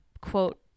quote